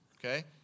Okay